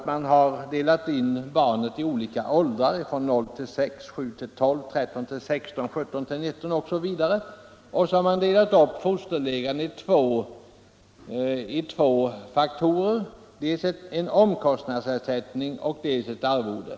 Man har delat upp barnen i olika åldersgrupper: 0-6, 7-12, 13-16, 17-19 år osv. Fosterlegan består av två delar: dels en omkostnadsersättning, dels ett arvode.